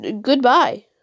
goodbye